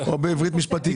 או בעברית משפטית.